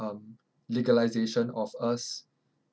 um legalization of us